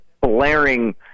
blaring